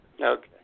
Okay